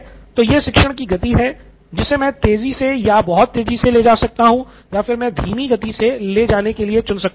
तो यह शिक्षण की गति है जिसे मैं तेजी से या बहुत तेज़ी से ले जा सकता हूं या फिर मैं धीमी गति से भी ले जाने के लिए चुन सकता हूं